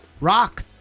rock